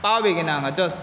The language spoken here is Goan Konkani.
पाव बेगिना हांगां चल